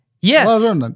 Yes